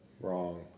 Wrong